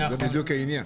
זה בדיוק העניין.